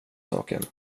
saken